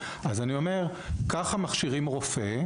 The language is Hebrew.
ככה מכשירים רופא.